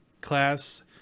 class